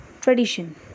tradition